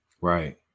right